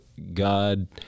god